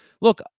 Look